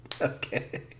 Okay